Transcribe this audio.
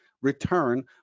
return